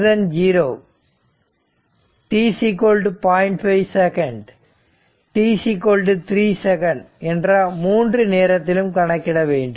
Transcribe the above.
5 second t3 second என்ற 3 நேரத்திலும் கணக்கிட வேண்டும்